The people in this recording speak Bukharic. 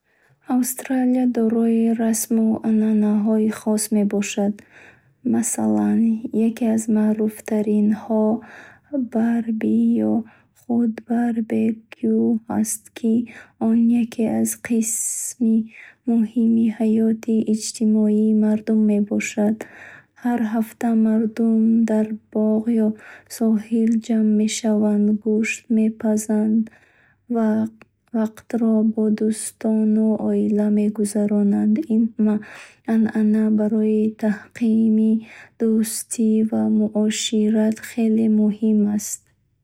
Австралия дорои расму анъанаҳои хос мебошад. Масалан, яке аз маъруфтаринҳо — “барби” ё худ барбекю аст, ки он як қисми муҳими ҳаёти иҷтимоии мардум мебошад. Ҳар ҳафта мардум дар боғ ё соҳил ҷамъ мешаванд, гӯшт мепазанд ва вақтро бо дӯстону оила мегузаронанд. Ин анъана барои таҳкими дӯстӣ ва муошират хеле муҳим аст.